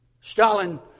Stalin